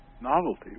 novelty